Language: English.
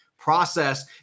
process